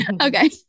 Okay